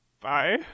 Bye